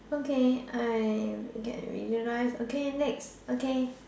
okay I get visualize okay next okay